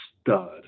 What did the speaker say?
stud